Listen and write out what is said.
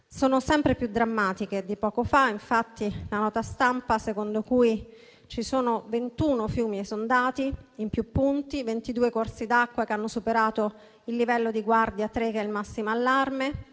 sono sempre più drammatiche: è di poco fa, infatti, la nota stampa secondo cui ci sono 21 fiumi esondati in più punti, 22 corsi d'acqua che hanno superato il livello di guardia tre, che è il massimo allarme,